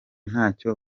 ntacyo